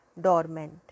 dormant